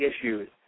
issues